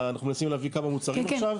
אנחנו מנסים להביא כמה מוצרים עכשיו,